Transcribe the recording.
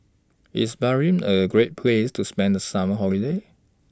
IS Bahrain A Great Place to spend The Summer Holiday